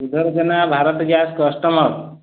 Sridhar Jena Bharat gas customer